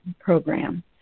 program